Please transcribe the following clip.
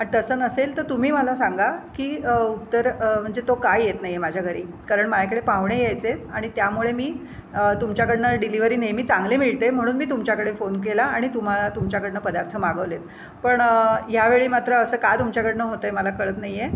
आणि तसं नसेल तर तुम्ही मला सांगा की उत्तर म्हणजे तो का येत नाही आहे माझ्या घरी कारण माझ्याकडे पाहुणे यायचेत आणि त्यामुळे मी तुमच्याकडून डिलिव्हरी नेहमी चांगली मिळते म्हणून मी तुमच्याकडे फोन केला आणि तुम्हाला तुमच्याकडून पदार्थ मागवलेत पण ह्यावेळी मात्र असं का तुमच्याकडून होत आहे मला कळत नाही आहे